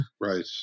Right